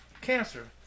cancer